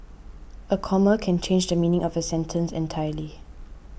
a comma can change the meaning of a sentence entirely